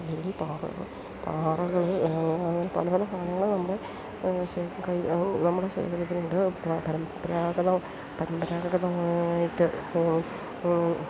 അല്ലെങ്കിൽ പാറകള് പാറകള് അങ്ങനെ പല പല സാധനങ്ങള് നമ്മള് നമ്മുടെ ശേഖരത്തിലുണ്ട് പരമ്പരാഗതം പരമ്പരാഗതമായിട്ട്